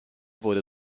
wurde